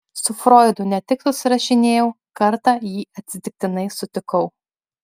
su froidu ne tik susirašinėjau kartą jį atsitiktinai sutikau